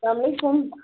اسلامُ علیکُم